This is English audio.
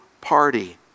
party